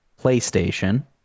PlayStation